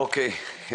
אוקיי.